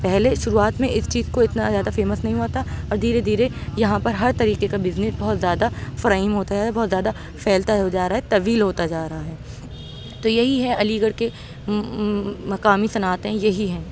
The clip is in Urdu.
پہلے شروعات میں اس چیز کو اتنا زیادہ فیمس نہیں ہوا تھا اور دھیرے دھیرے یہاں پر ہر طریقے کا بزنس بہت زیادہ فراہم ہوتا ہے بہت زیادہ پھیلتا جا رہا ہے طویل ہوتا جا رہا ہے تو یہی ہے علی گڑھ کے مقامی صنعتیں یہی ہیں